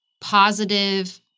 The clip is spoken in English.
positive